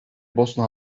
bosna